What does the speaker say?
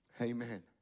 Amen